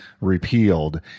repealed